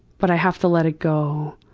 but i have to let it go.